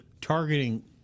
targeting